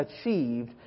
achieved